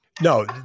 no